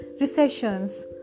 recessions